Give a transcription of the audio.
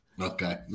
Okay